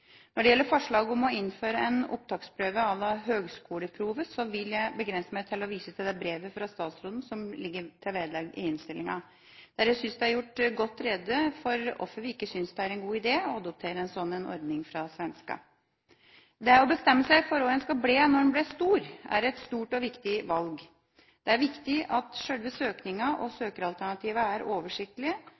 Når det gjelder forslaget om å innføre en opptaksprøve à la «högskoleprovet», vil jeg begrense meg til å vise til brevet fra statsråden som ligger som vedlegg til innstillingen. Der synes jeg det er gjort godt rede for hvorfor vi ikke synes det er en god idé å adoptere en slik ordning fra svenskene. Det å bestemme seg for hva en skal bli når en blir stor, er et stort og viktig valg. Det er viktig at selve søkeprosessen og søkealternativene er oversiktlige,